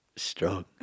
Strong